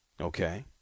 Okay